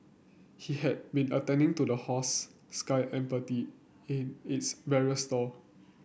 he had been attending to the horse Sky Empathy in its barrier stall